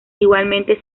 igualmente